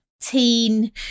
teen